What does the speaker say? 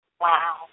Wow